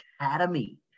Academy